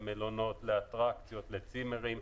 למלונות, לאטרקציות, לצימרים.